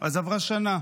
אז עברה שנה,